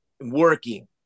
working